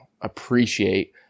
appreciate